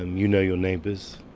um you know your neighbours,